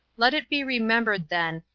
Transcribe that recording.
let it be remembered, then,